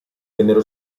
vennero